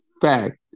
fact